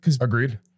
Agreed